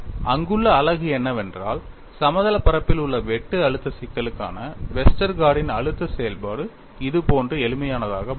இங்குள்ள அழகு என்னவென்றால் சமதளப் பரப்பில் உள்ள வெட்டு அழுத்த சிக்கலுக்கான வெஸ்டர்கார்டின் Westergaard's அழுத்த செயல்பாடு இது போன்ற எளிமையானதாக மாறும்